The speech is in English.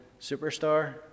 superstar